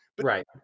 Right